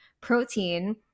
Protein